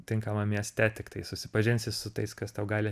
tinkamam mieste tiktai susipažinsi su tais kas tau gali